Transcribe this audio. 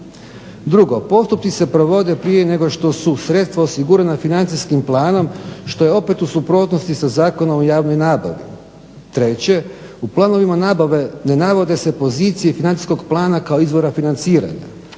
Drugo, postupci se provode prije nego što su sredstva osigurana financijskim planom što je opet u suprotnosti sa Zakonom o javnoj nabavi. Treće, u planovima nabave ne navode se pozicije financijskog plana kao izvora financiranja.